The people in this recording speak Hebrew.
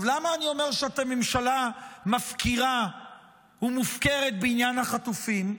למה אני אומר שאתם ממשלה מפקירה ומופקרת בעניין החטופים?